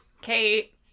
Kate